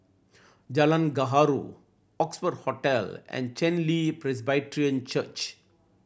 Jalan Gaharu Oxford Hotel and Chen Li Presbyterian Church